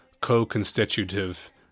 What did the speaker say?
co-constitutive